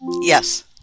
Yes